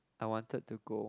I wanted to go